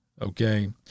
Okay